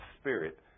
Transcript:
Spirit